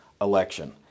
election